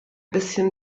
bisschen